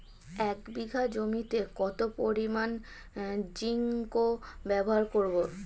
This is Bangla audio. এক বিঘা জমিতে কত পরিমান জিংক ব্যবহার করব?